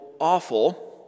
awful